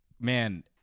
man